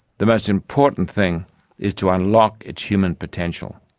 the most important thing is to unlock its human potential.